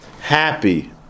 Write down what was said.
happy